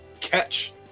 catch